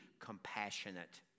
compassionate